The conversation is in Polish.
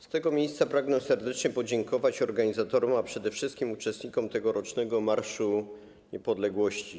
Z tego miejsca pragnę serdecznie podziękować organizatorom, a przede wszystkim uczestnikom tegorocznego Marszu Niepodległości.